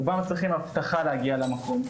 רובם מצריכים אבטחה להגיע למקום.